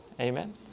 Amen